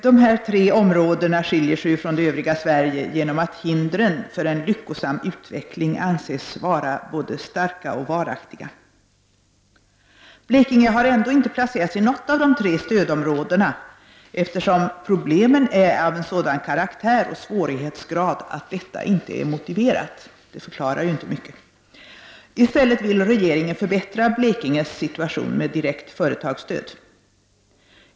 Dessa tre områden skiljer sig från det övriga Sverige ”genom att hindren för en lyckosam utveckling anses vara både starka och varaktiga”. Blekinge har ändå inte placerats i något av de tre stödområdena, eftersom ”problemen är av sådan karaktär och svårighetsgrad att detta inte är motiverat”. I stället vill regeringen förbättra Blekinges situation genom direkt företagsstöd.